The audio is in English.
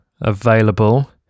available